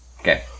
Okay